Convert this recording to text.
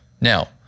Now